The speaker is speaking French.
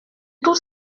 tout